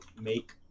make